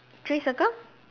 three circle